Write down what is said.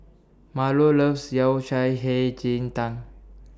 Marlo loves Yao Cai Hei Ji Tang